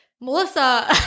melissa